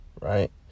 Right